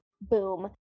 boom